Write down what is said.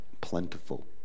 plentiful